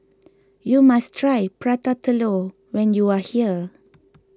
you must try Prata Telur when you are here